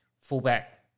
fullback